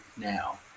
now